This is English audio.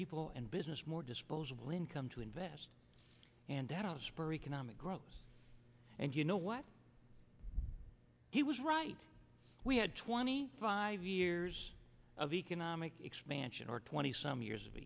people and business more disposable income to invest and spur economic growth and you know what he was right we had twenty five years of economic expansion or twenty some years of